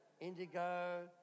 indigo